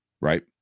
right